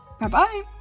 Bye-bye